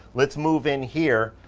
let's move in here.